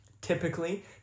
Typically